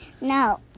No